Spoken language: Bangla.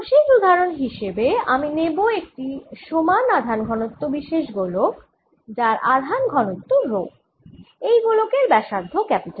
সর্বশেষ উদাহরন হিসেবে আমি নেব একটি সমান আধান ঘনত্ব বিশেষ গোলক যার আধান ঘনত্ব রো এই গোলকের ব্যাসার্ধ R